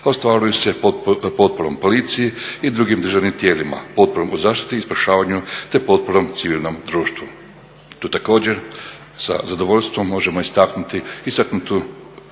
ostvaruju se potporom Policiji i drugim državnim tijelima, potporom u zaštiti i spašavanju te potporom civilnom društvu. Tu također sa zadovoljstvom možemo istaknuti istaknutu